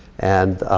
and